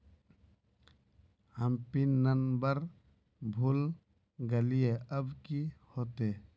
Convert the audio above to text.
हम pin number भूल गलिऐ अब की होते?